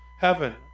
heaven